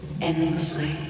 endlessly